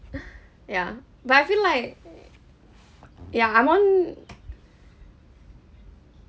ya but I feel like ya I'm on